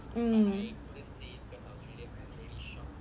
mm